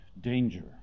danger